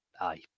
Aye